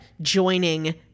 joining